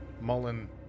Mullen